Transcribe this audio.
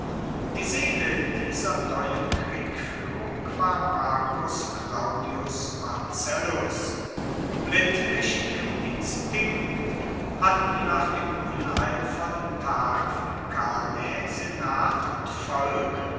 die seele dieser neuen kriegfuehrung war marcus claudius marcellus mit richtigem instinkt hatten nach dem unheilvollen tag von cannae senat und volk